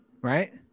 Right